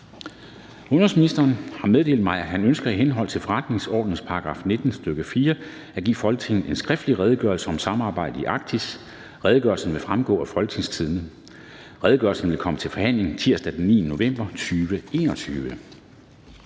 Udenrigsministeren (Jeppe Kofod) har meddelt mig, at han ønsker i henhold til forretningsordenens § 19, stk. 4, at give Folketinget en skriftlig Redegørelse om samarbejdet i Arktis. (Redegørelse nr. R 4). Redegørelsen vil fremgå af www.folketingstidende.dk. Redegørelsen vil komme til forhandling tirsdag den 9. november 2021.